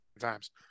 times